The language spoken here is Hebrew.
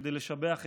כדי לשבח אתכם,